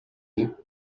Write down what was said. you